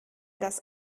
das